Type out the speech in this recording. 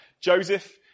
Joseph